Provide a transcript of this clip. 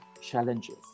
challenges